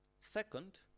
Second